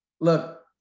look